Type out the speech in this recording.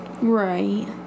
right